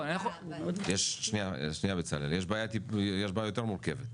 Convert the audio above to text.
יש בעיה יותר מורכבת.